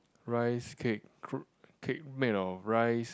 rice cake cake made of rice